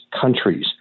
countries